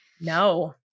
no